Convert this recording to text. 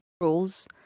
rules